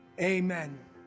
Amen